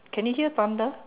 can you hear thunder